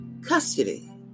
custody